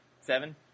Seven